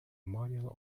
manual